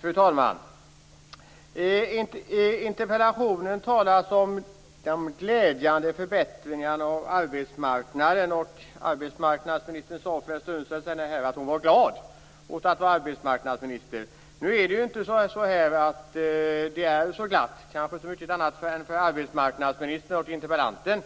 Fru talman! I interpellationen talas om de glädjande förbättringarna av arbetsmarknaden. Arbetsmarknadsministern sade här för en liten stund sedan att hon var glad åt att vara arbetsmarknadsminister. Det är kanske inte så glatt annat än för arbetsmarknadsministern och interpellanten.